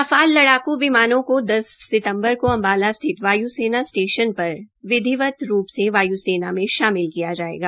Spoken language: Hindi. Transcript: रफाल लड़ाकु विमानों को दस सितम्बर को अम्बाला स्थित वायु सेना स्टेशन पर विधिवत रूप से वाय् सेना में शामिल किया जायेगा